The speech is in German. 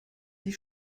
die